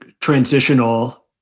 transitional